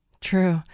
True